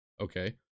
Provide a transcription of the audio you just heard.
Okay